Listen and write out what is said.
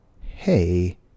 Hey